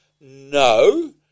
No